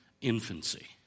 infancy